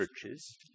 churches